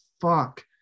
fuck